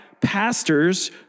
pastors